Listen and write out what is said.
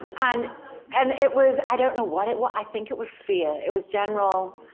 and and it was, i don't know what it was. i think it was fear, it was general.